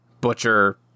butcher